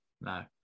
No